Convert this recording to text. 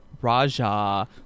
Raja